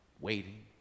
waiting